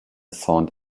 sainte